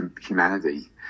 humanity